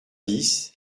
dix